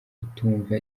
kutumva